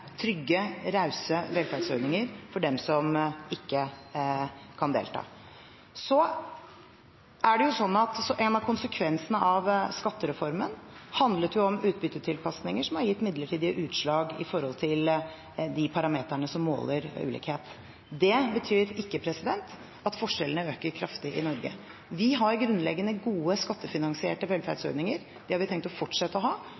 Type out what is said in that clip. trygge, rause velferdsordninger for dem som ikke kan delta. En av konsekvensene av skattereformen handlet om utbyttetilpasninger som har gitt midlertidige utslag i de parametrene som måler ulikhet. Det betyr ikke at forskjellene øker kraftig i Norge. Vi har grunnleggende gode, skattefinansierte velferdsordninger. Det har vi tenkt å fortsette å ha,